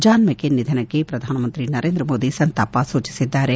John McCain ನಿಧನಕ್ಕೆ ಪ್ರಧಾನಮಂತ್ರಿ ನರೇಂದ್ರ ಮೋದಿ ಸಂತಾಪ ಸೂಚಿಸಿದ್ದಾರೆ